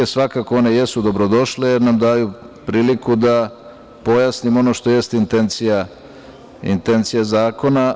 Svakako, one jesu dobrodošle, jer nam daju priliku da pojasnimo ono što jeste intencija zakona.